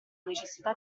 necessità